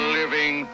living